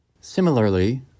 Similarly